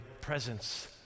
presence